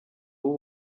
w’u